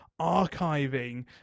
archiving